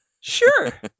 sure